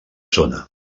zona